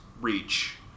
reach